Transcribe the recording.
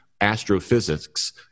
astrophysics